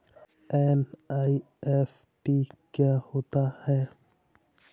NEFT क्या होता है?